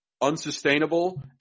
unsustainable